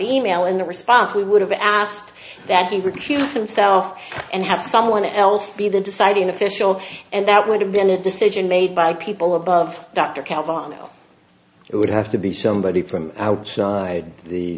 e mail and the response we would have asked that he recused himself and have someone else be the deciding official and that would have been a decision made by people above dr kalponik it would have to be somebody from outside the